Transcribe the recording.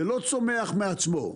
זה לא צומח מעצמו.